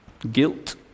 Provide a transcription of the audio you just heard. Guilt